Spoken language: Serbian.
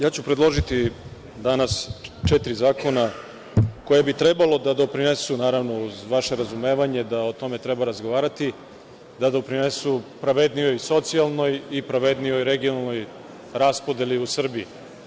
Ja ću predložiti danas četiri zakona koja bi trebalo da doprinesu, naravno, uz vaše razumevanje da o tome treba razgovarati, da doprinesu pravednijoj socijalnoj i pravednijoj regionalnoj raspodeli u Srbiji.